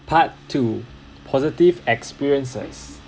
part two positive experiences